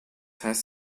heißt